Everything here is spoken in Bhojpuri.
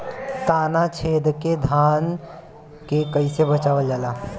ताना छेदक से धान के कइसे बचावल जाला?